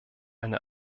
eine